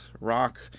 rock